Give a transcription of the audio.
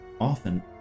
often